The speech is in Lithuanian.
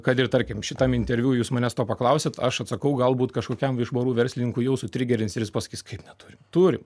kad ir tarkim šitam interviu jūs manęs to paklausėt aš atsakau galbūt kažkokiam iš barų verslininkų jau sutrigerins ir jis pasakys kaip neturim turim